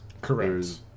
correct